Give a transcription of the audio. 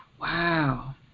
wow